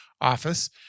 office